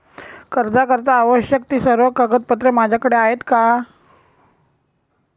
कर्जाकरीता आवश्यक ति सर्व कागदपत्रे माझ्याकडे आहेत का?